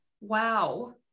wow